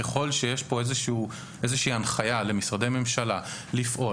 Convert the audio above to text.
ככל שיש פה איזושהי הנחיה למשרדי ממשלה לפעול,